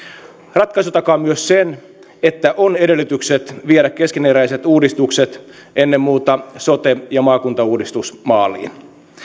ratkaisu takaa myös sen että on edellytykset viedä keskeneräiset uudistukset ennen muuta sote ja maakuntauudistus maaliin